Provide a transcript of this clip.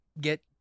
get